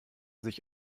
sich